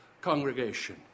congregation